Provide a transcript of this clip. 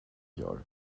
gör